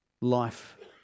Life